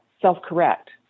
Self-correct